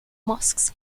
mosques